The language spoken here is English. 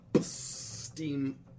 steam